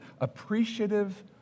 appreciative